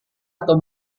atau